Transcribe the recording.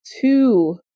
two